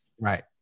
Right